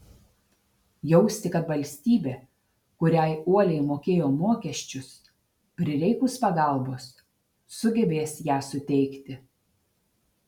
jausti kad valstybė kuriai uoliai mokėjo mokesčius prireikus pagalbos sugebės ją suteikti